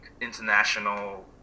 international